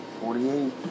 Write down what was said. Forty-eight